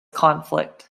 conflict